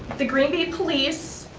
the green bay police